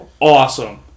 awesome